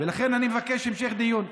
ולכן, אני מבקש המשך דיון.